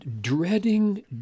Dreading